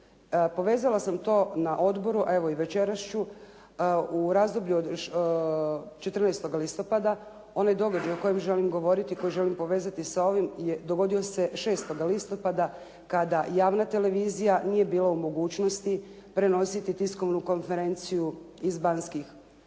Povezala sam to na odboru, evo i večeras ću. U razdoblju od 14. listopada, onaj događaj o kojem želim govoriti, koji želim povezati sa ovim je dogodio se 6. listopada kada javna televizija nije bila u mogućnosti prenositi tiskovnu konferenciju iz Banskih